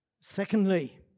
Secondly